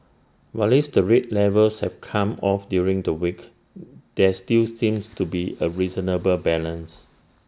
whilst the rate levels have come off during the week there still seems to be A reasonable balance